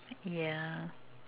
yeah